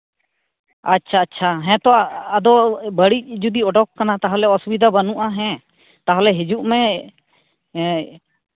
ᱟᱪᱪᱷᱟ ᱟᱪᱪᱷᱟ ᱦᱮᱸ ᱛᱚ ᱟᱫᱚ ᱵᱟᱹᱲᱤᱡ ᱡᱩᱫᱤ ᱩᱰᱩᱠ ᱠᱟᱱᱟ ᱛᱟᱦᱚᱞᱮ ᱚᱥᱩᱵᱤᱫᱷᱟ ᱵᱟᱹᱱᱩᱜᱼᱟ ᱦᱮᱸ ᱛᱟᱦᱚᱞᱮ ᱦᱤᱡᱩᱜ ᱢᱮ